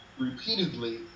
repeatedly